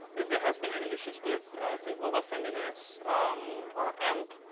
if there has been any issues with, i think, mobile friendliness or amp,